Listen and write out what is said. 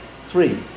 Three